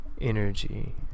Energy